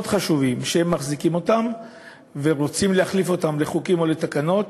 חשובים ורוצים להחליף אותם לחוקים או לתקנות,